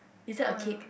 is that a cake